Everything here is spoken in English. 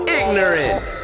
ignorance